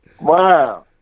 Wow